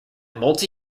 multi